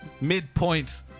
midpoint